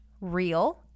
real